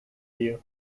you